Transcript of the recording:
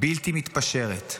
בלתי מתפשרת.